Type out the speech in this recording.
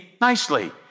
nicely